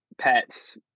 pets